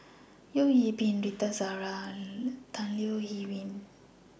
Teo Bee Yen Rita Zahara and Tan Leo Wee Hin